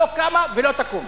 לא קמה ולא תקום.